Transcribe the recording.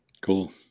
Cool